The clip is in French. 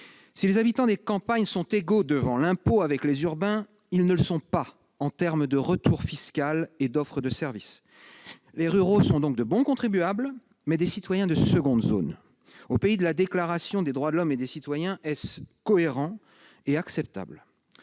Si les habitants des campagnes sont égaux devant l'impôt avec les urbains, ils ne le sont pas en termes de retour fiscal et d'offre de services. Les ruraux sont donc de bons contribuables, mais des citoyens de seconde zone. Au pays de la Déclaration des droits de l'homme et du citoyen, est-ce cohérent et acceptable ?